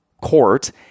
Court